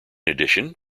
addition